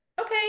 okay